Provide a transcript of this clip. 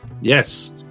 Yes